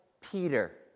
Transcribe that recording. Peter